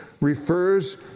refers